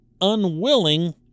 unwilling